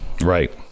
Right